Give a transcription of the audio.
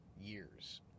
years